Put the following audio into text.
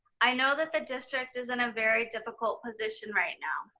i know that the district is in a very difficult position right now.